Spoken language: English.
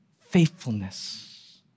faithfulness